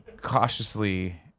cautiously